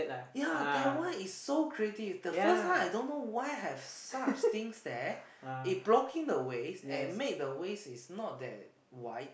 ya that one is so creative the first time I don't know why have such things there it blocking the ways and make the ways is not that wide